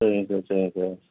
சரிங்க சார் சரிங்க சார்